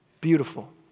beautiful